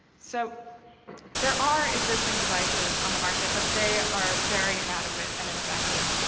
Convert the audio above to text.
so there are existing devices on the market, but they are very inadequate and ineffective.